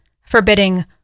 forbidding